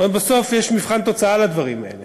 בסוף יש מבחן תוצאה לדברים האלה.